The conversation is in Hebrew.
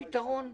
שנית, שוב,